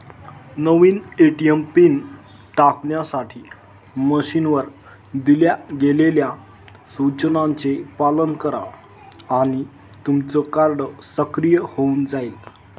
नवीन ATM PIN टाकण्यासाठी मशीनवर दिल्या गेलेल्या सूचनांचे पालन करा आणि तुमचं कार्ड सक्रिय होऊन जाईल